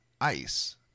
Ice